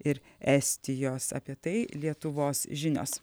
ir estijos apie tai lietuvos žinios